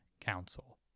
Council